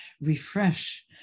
refresh